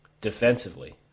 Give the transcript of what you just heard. defensively